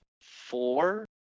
four